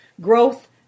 growth